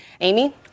Amy